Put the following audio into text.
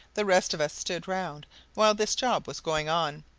the rest of us stood round while this job was going on,